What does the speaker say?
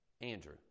Andrew